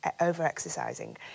over-exercising